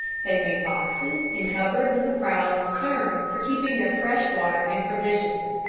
they made boxes and cupboards in the prow and stern for keeping their fresh water and provisions.